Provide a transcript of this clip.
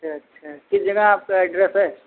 अच्छा अच्छा किस जगह आपका एड्रेस है